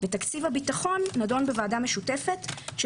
ותקציב הביטחון נדון בוועדה משותפת של